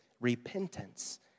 repentance